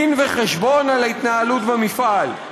דין וחשבון על ההתנהלות במפעל,